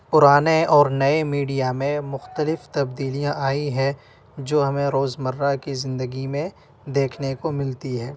پرانے اور نئے میڈیا میں مختلف تبدیلیاں آئی ہیں جو ہمیں روز مرہ کی زندگی میں دیکھنے کو ملتی ہے